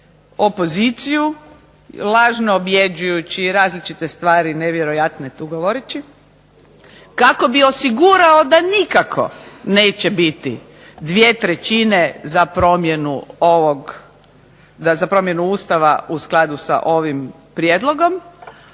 opoziciju lažno objeđujući različite stvari nevjerojatno je tu govoreći kako bi osigurao da nikako neće biti dvije trećine za promjenu ovog, za promjenu Ustava u skladu sa ovim prijedlogom.